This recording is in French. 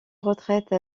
retraite